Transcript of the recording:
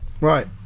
Right